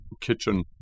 kitchen